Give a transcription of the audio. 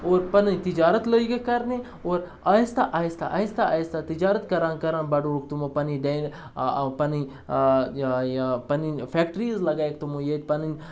اور پَنٕنۍ تجارت لٲگِکھ کَرنہِ اور آہِستہ آہِستہ آہِستہ آہِستہ تجارت کَران کَران بڑووُکھ تِمو پَنٕنۍ ڈین پَنٕنۍ یہِ پَنٕںۍ فٮ۪کٹِرٛیٖز لگایَکھ تِمو ییٚتہِ پَنٕنۍ